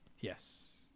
Yes